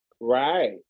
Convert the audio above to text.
Right